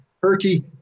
Turkey